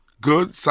Good